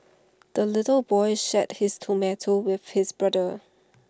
the little boy shared his tomato with his brother